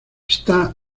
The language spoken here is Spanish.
está